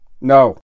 no